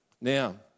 Now